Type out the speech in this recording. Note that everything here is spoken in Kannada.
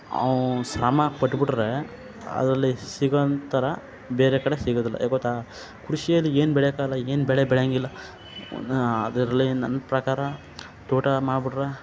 ಅವ ಶ್ರಮ ಪಟ್ಬಿಟ್ರೆ ಅದರಲ್ಲಿ ಸಿಗೋ ಥರ ಬೇರೆ ಕಡೆ ಸಿಗೋದಿಲ್ಲ ಯಾಕೆ ಗೊತ್ತಾ ಕೃಷಿಯಲ್ಲಿ ಏನು ಬೆಳೆಯಕ್ಕಾಗಲ್ಲ ಏನು ಬೆಳೆ ಬೆಳೆಯಂಗಿಲ್ಲ ಅದರಲ್ಲಿ ನನ್ನ ಪ್ರಕಾರ ತೋಟ ಮಾಡ್ಬಿಟ್ರೆ